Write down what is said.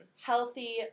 Healthy